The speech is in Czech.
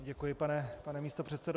Děkuji, pane místopředsedo.